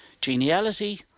Geniality